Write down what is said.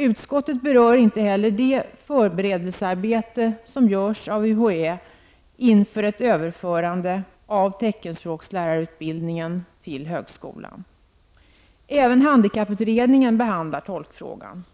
Utskottet berör inte heller det förberedelsearbete som görs av Även handikapputredningen behandlar tolkfrågan.